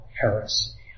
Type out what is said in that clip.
Heresy